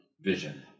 Vision